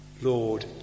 Lord